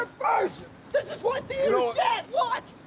this is why theater's dead! watch!